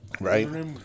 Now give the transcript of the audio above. right